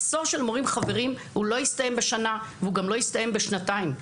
מחסור במורים לא יסתיים בשנה והוא גם לא יסתיים בשנתיים.